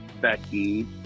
Becky